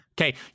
Okay